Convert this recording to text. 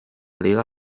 liga